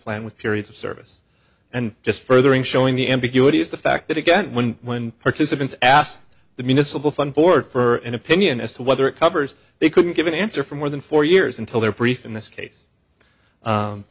plan with periods of service and just furthering showing the ambiguity is the fact that again when participants asked the municipal fund board for an opinion as to whether it covers they couldn't give an answer for more than four years until their brief in this case